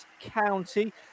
County